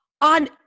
on